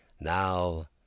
now